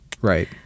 Right